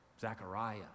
Zechariah